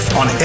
on